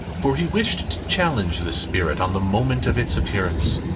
for he wished to challenge the spirit on the moment of its appearance,